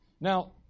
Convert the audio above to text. Now